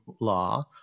law